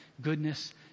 goodness